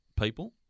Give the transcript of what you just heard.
people